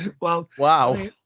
Wow